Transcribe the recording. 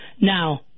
Now